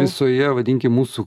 visoje vadinkim mūsų